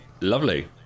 lovely